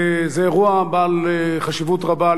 זה אירוע בעל חשיבות רבה.